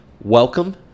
welcome